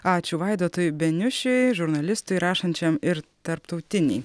ačiū vaidotui beniušiui žurnalistui rašančiam ir tarptautinei